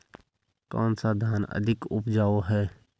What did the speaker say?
कौन सा धान अधिक उपजाऊ है?